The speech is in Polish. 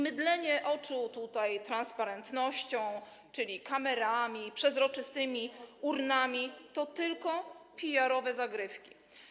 Mydlenie oczu transparentnością, czyli kamerami, przezroczystymi urnami, to tylko PR-owe zagrywki.